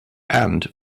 and